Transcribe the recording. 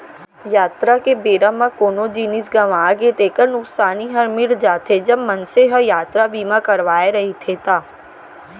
यातरा के बेरा म कोनो जिनिस गँवागे तेकर नुकसानी हर मिल जाथे, जब मनसे ह यातरा बीमा करवाय रहिथे ता